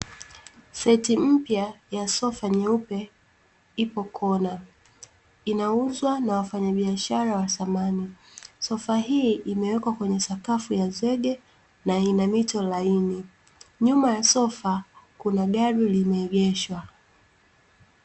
Seti mpya ya sofa nyeupe ipo kona, inauzwa na wafanyabiashara wa thamani, sofa hii imewekwa kwenye sakafu ya zege na ina mito laini, nyuma ya sofa kuna gari limeegeshwa.